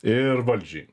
ir valdžiai